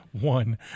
one